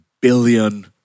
billion